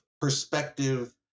perspective